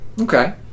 Okay